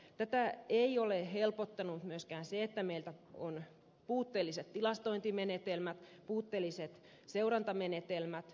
tätä ei ole helpottanut myöskään se että meillä on puutteelliset tilastointimenetelmät puutteelliset seurantamenetelmät